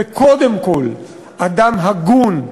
וקודם כול אדם הגון,